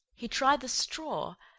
he tried the straw,